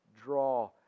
draw